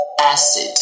Acid